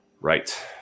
Right